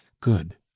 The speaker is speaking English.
Good